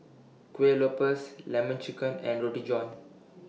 Kueh Lopes Lemon Chicken and Roti John